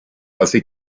hace